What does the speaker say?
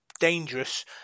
dangerous